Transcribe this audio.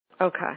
Okay